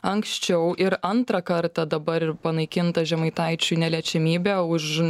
anksčiau ir antrą kartą dabar ir panaikinta žemaitaičiui neliečiamybė už